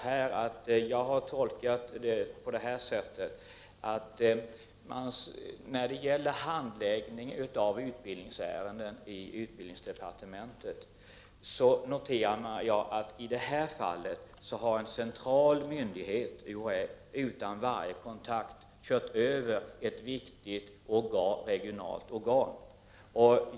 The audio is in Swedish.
Herr talman! När det gäller handläggningen av utbildningsärenden i utbildningsdepartementet noterar jag att en central myndighet, i detta fall UHÄ, utan varje kontakt har kört över ett viktigt regionalt organ.